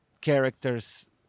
characters